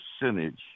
percentage